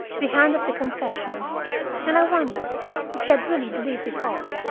the hand of the confession and i wondered if she had really believed it all.